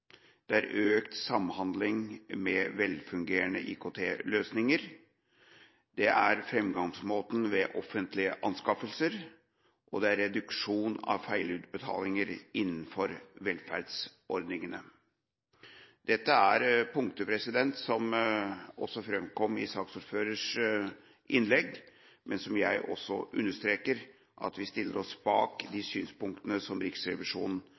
bedre regnskapskvalitet økt samhandling med velfungerende IKT-løsninger framgangsmåten ved offentlige anskaffelser reduksjon av feilutbetalinger innenfor velferdsordningene Dette er punkter som framkom i saksordførerens innlegg, men jeg understreker også at vi stiller oss bak de synspunktene som Riksrevisjonen